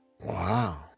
Wow